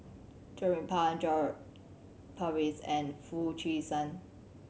Jernnine Pang John Purvis and Foo Chee San